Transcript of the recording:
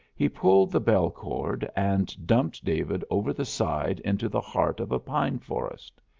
he pulled the bell-cord and dumped david over the side into the heart of a pine forest.